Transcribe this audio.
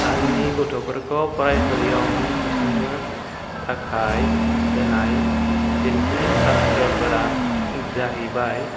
आंनि गथ'फोरखौ फरायसालियाव मुं थिसन्नो थाखाय होनाय फिननि सास्त्र'फोरा जाहैबाय